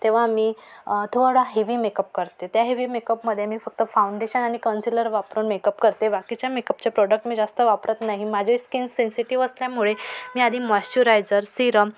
तेव्हा मी थोडा हेवी मेकअप करते त्या हेवी मेकअपमध्ये मी फक्त फाऊंडेशन आणि कन्सिलर वापरून मेकअप करते बाकीच्या मेकअपचे प्रोडक्ट मी जास्त वापरत नाही माझे स्किन सेन्सिटिव असल्यामुळे मी आधी मॉइश्चुरायझर सिरम